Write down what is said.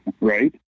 right